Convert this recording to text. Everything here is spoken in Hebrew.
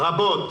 רבות